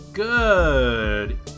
Good